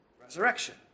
Resurrection